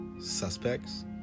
Suspects